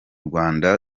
rwanda